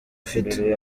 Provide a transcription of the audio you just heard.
afite